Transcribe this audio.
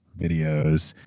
videos.